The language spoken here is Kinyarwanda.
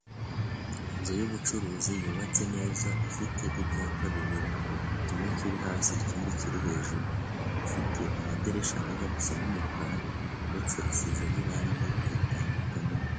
Inzu y'ubucuruzi yubatse neza ifite ibyapa bibiri, kimwe kiri hasi, ikindi kiri hejuru, ifite amadirishya ajya gusa n'umukara, ndetse isize n'irangi ritandukanye.